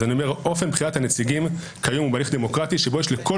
אופן בחירת הנציגים כיום הוא בהליך דמוקרטי שבו יש לכל